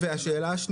והשאלה השנייה היא,